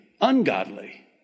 Ungodly